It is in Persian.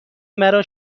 مرا